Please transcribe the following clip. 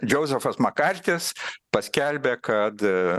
džozefas makartis paskelbė kad